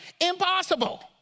Impossible